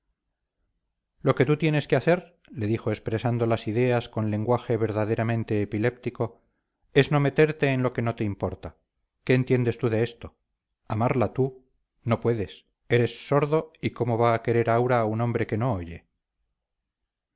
lo que tú tienes que hacer le dijo expresando las ideas con lenguaje verdaderamente epiléptico es no meterte en lo que no te importa qué entiendes tú de esto amarla tú no puedes eres sordo y cómo va a querer aura a un hombre que no oye